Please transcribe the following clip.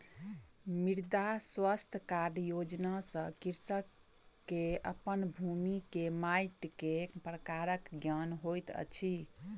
मृदा स्वास्थ्य कार्ड योजना सॅ कृषक के अपन भूमि के माइट के प्रकारक ज्ञान होइत अछि